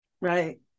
Right